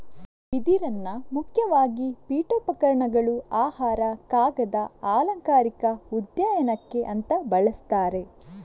ಬಿದಿರನ್ನ ಮುಖ್ಯವಾಗಿ ಪೀಠೋಪಕರಣಗಳು, ಆಹಾರ, ಕಾಗದ, ಅಲಂಕಾರಿಕ ಉದ್ಯಾನಕ್ಕೆ ಅಂತ ಬಳಸ್ತಾರೆ